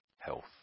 health